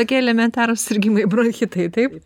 tokie elementarūs susirgimai bronchitai taip